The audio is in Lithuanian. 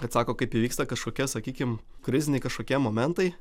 kad sako kaip įvyksta kažkokia sakykim kriziniai kažkokie momentai